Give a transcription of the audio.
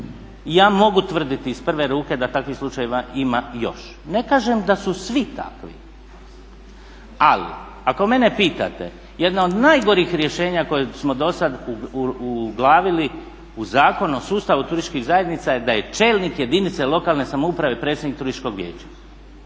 ja mogu tvrditi iz prve ruke da takvih slučajeva ima još. Ne kažem da su svi takvi, ali ako mene pitate jedna od najgorih rješenja koje smo do sada uglavili u Zakon o sustavu turističkih zajednica je da je čelnik jedinice lokalne samouprave predsjednik turističkog vijeća.